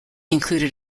included